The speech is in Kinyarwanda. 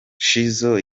shizzo